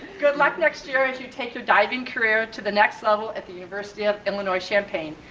good luck next year as you take your diving career to the next level at the university of illinois champaign.